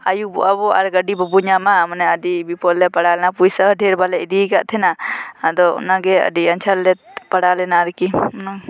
ᱟᱹᱭᱩᱵᱚᱜᱼᱟ ᱵᱚ ᱟᱨ ᱜᱟᱹᱰᱤ ᱵᱟᱵᱚ ᱧᱟᱢᱟ ᱢᱟᱱᱮ ᱟᱹᱰᱤ ᱵᱤᱯᱚᱫᱽ ᱨᱮᱞᱮ ᱯᱟᱲᱟᱣ ᱞᱮᱱᱟ ᱯᱚᱭᱥᱟ ᱦᱚᱸ ᱰᱷᱮᱨ ᱵᱟᱞᱮ ᱤᱫᱤ ᱟᱠᱟᱫ ᱛᱟᱦᱮᱱᱟ ᱟᱫᱚ ᱚᱱᱟ ᱜᱮ ᱟᱹᱰᱤ ᱟᱸᱡᱷᱟᱴ ᱨᱮᱞᱮ ᱯᱟᱲᱟᱣ ᱞᱮᱱᱟ ᱟᱨᱠᱤ